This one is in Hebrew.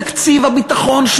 תקציב הביטחון,